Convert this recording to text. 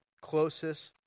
closest